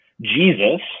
Jesus